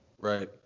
right